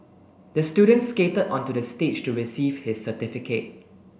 the student skated onto the stage to receive his certificate